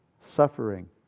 suffering